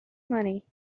money